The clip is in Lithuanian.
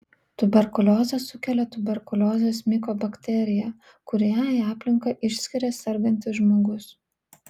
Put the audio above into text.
tuberkuliozę sukelia tuberkuliozės mikobakterija kurią į aplinką išskiria sergantis žmogus